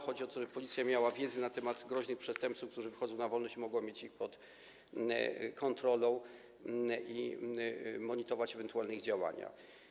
Chodzi o to, żeby Policja miała wiedzę na temat groźnych przestępców, którzy wychodzą na wolność, i mogła mieć ich pod kontrolą i monitować ewentualnie ich działania.